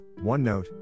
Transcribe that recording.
OneNote